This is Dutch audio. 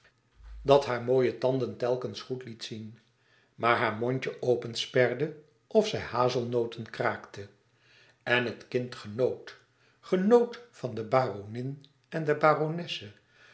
dat hare mooie tanden telkens goed liet zien maar haar mondje opensperde of zij hazelnooten kraakte en het kind genoot genoot van de baronin en de baronesse